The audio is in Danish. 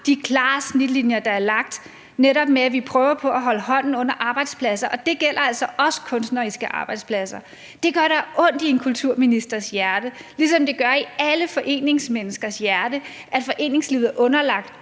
de klare snitlinjer, der er lagt, netop ved at vi prøver på at holde hånden under arbejdspladser – det gælder altså også kunstneriske arbejdspladser. Det gør da ondt i en kulturministers hjerte, ligesom det gør i alle foreningsmenneskers hjerte, at foreningslivet er underlagt